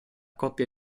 coppia